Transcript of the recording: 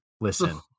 listen